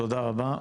תודה רבה,